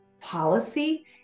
policy